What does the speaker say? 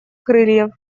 крыльев